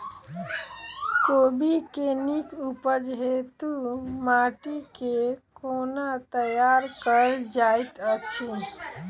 कोबी केँ नीक उपज हेतु माटि केँ कोना तैयार कएल जाइत अछि?